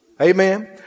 Amen